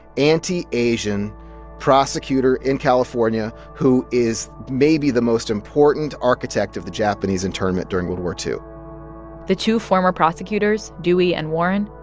anti-asian prosecutor in california who is maybe the most important architect of the japanese internment during world war ii the two former prosecutors, dewey and warren,